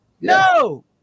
no